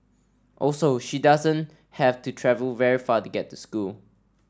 also she doesn't have to travel very far to get to school